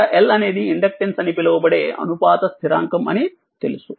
ఇక్కడLఅనేది inductance అని పిలువబడే అనుపాత స్థిరాంకం అని తెలుసు